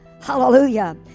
hallelujah